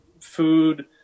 food